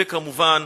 וכמובן,